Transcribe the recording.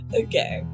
okay